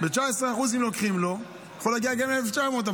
אם לוקחים לו 19%, ל-1,900.